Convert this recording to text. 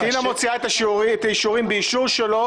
טינה מוציאה את האישורים באישור שלו,